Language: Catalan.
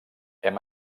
hem